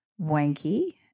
wanky